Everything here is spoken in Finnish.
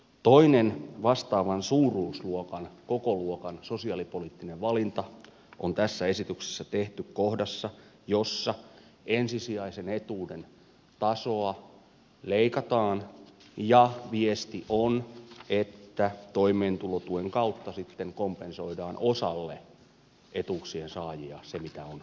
toinen vastaavan suuruusluokan kokoluokan sosiaalipoliittinen valinta on tässä esityksessä tehty kohdassa jossa ensisijaisen etuuden tasoa leikataan ja viesti on että toimeentulotuen kautta sitten kompensoidaan osalle etuuksien saajia se mitä on menetetty